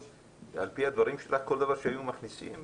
על פי הדברים שלך כל דבר שהיו מכניסים